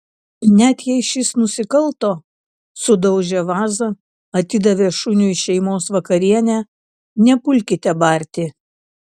net jei šis nusikalto sudaužė vazą atidavė šuniui šeimos vakarienę nepulkite barti